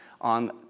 on